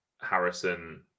Harrison